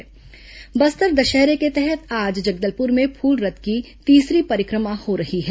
बस्तर दशहरा बस्तर दशहरे के तहत आज जगदलपुर में फूल रथ की तीसरी परिक्रमा हो रही है